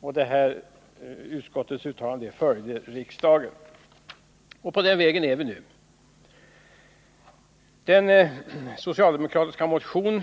Riksdagen följde detta uttalande av utskottet. På den vägen är vi nu. Den socialdemokratiska motionen